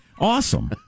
Awesome